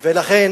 והרווחה.